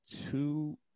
two